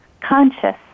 conscious